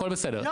הכול בסדר,